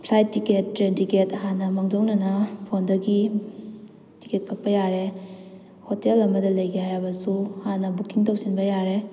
flight ticket train ticket ꯍꯥꯟꯅ ꯃꯥꯡꯖꯧꯅꯅ ꯐꯣꯟꯗꯒꯤ ꯇꯤꯛꯀꯦꯠ ꯀꯛꯄ ꯌꯥꯔꯦ ꯍꯣꯇꯦꯜ ꯑꯃꯗ ꯂꯩꯒꯦ ꯍꯥꯏꯔꯕꯁꯨ ꯍꯥꯟꯅ ꯕꯨꯀꯤꯡ ꯇꯧꯁꯟꯕ ꯌꯥꯔꯦ